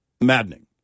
maddening